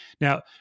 Now